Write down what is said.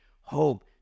hope